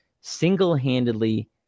single-handedly